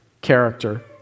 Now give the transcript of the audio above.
character